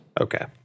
Okay